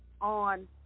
on